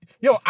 Yo